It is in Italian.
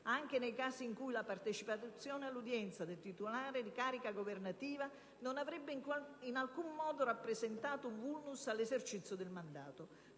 anche nei casi in cui la partecipazione all'udienza del titolare di carica governativa non avrebbe in alcun modo rappresentato un *vulnus* all'esercizio del mandato.